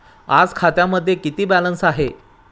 आज खात्यामध्ये किती बॅलन्स आहे?